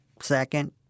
second